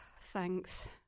Thanks